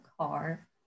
car